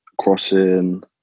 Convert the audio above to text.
crossing